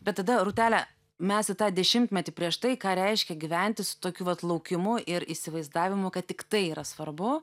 bet tada rūtele mes į tą dešimtmetį prieš tai ką reiškia gyventi su tokiu vat laukimu ir įsivaizdavimu kad tik tai yra svarbu